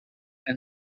and